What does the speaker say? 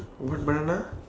what banana